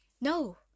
no